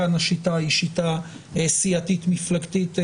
כאן השיטה היא שיטה סיעתית מפלגתית בלבד.